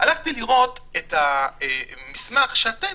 הלכתי לראות את המסמך שאתם,